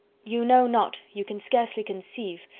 you know not, you can scarcely conceive,